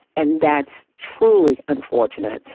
and that's truly unfortunate,